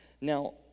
Now